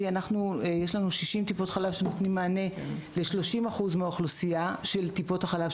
יש 60 טיפות חלב של מכבי והן נותנות מענה ל-30% מהאוכלוסייה של מכבי.